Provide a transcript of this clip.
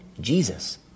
Jesus